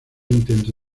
intento